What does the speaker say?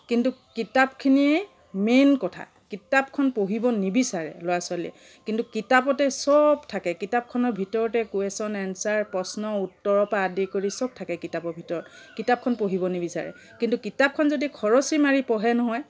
কিন্তু কিতাপখিনিয়ে মেইন কথা কিতাপখন পঢ়িব নিবিচাৰে ল'ৰা ছোৱালীয়ে কিন্তু কিতাপতেই চব থাকে কিতাপখনৰ ভিতৰতে কুৱেশ্যন এনচাৰ প্ৰশ্ন উত্তৰৰ পৰা আদি কৰি চব থাকে কিতাপখনৰ ভিতৰত কিতাপখন পঢ়িব নিবিচাৰে কিন্তু কিতাপখন যদি খৰচি মাৰি পঢ়ে নহয়